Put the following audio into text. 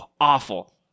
awful